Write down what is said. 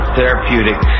therapeutic